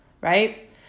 right